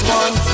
one